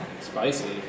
Spicy